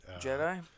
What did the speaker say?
jedi